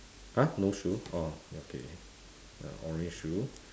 !huh! no shoe orh okay ya orange shoe